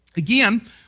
Again